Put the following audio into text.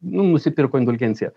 nu nusipirko indulgenciją